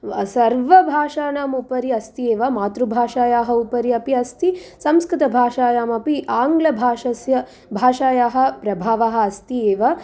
सर्व भाषाणाम् उपरि अस्ति एव मातृभाषायाः उपरि अपि अस्ति संस्कृतभाषायामपि आङ्लभाषस्य भाषायाः प्रभावाः अस्ति एव